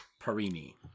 Parini